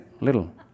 little